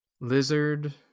Lizard